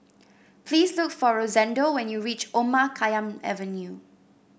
please look for Rosendo when you reach Omar Khayyam Avenue